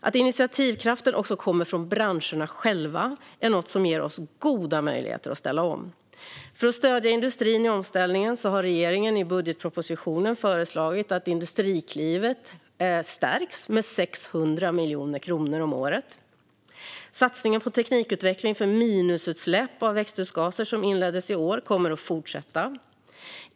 Att initiativkraften också kommer från branscherna själva är något som ger oss goda möjligheter att ställa om. För att stödja industrin i omställningen har regeringen i budgetpropositionen föreslagit att Industriklivet stärks till 600 miljoner kronor om året. Satsningen på teknikutveckling för minusutsläpp av växthusgaser som inleddes i år kommer att fortsätta.